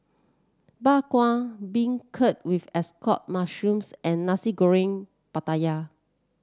Bak Kwa beancurd with Assorted Mushrooms and Nasi Goreng Pattaya